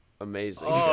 amazing